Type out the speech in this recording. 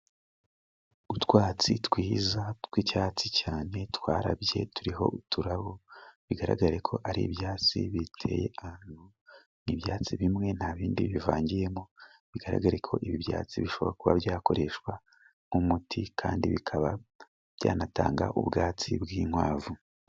Utwatsi twiza t tw'icyatsi cyane，twarabye turiho uturabo， bigaragare ko ari ibyatsi biteye ahantu， ni ibyatsi bimwe nta bindi bivangiyemo，bigaragara ko ibi byatsi bishobora kuba byakoreshwa nk'umuti， kandi bikaba byanatanga ubwatsi bw'inkwavu.